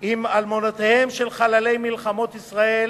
עם אלמנותיהם של חללי מלחמות ישראל.